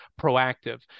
proactive